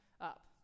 up